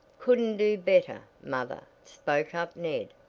couldn't do better, mother, spoke up ned,